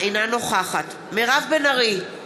אינה נוכחת מירב בן ארי,